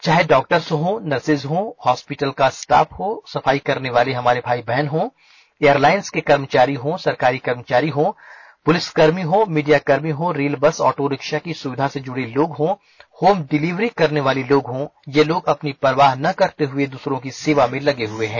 चाहे डॉक्टर्स हों नर्सेस हों हॉस्पिटल का स्टाफ हो सफाई करने वाले हमारे भाई बहन हों एयरलाइंस के कर्मचारी हों सरकारी कर्मचारी हों पुलिस कर्मी हों मीडियाकर्मी हों रेलवे बस ऑटो रिक्शा की सुविधा से जुड़े लोग हों होम डिलीवरी करने वाले लोग हों ये लोग अपनी परवाह न करते हुए दूसरो की सेवा में लगे हुए हैं